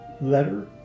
letter